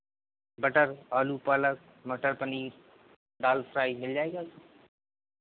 butter आलू पालक मटर पनीर दाल फ्राई मिल जाएगा